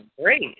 great